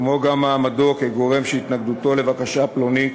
כמו גם מעמדו כגורם שהתנגדותו לבקשה פלונית